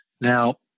Now